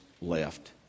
left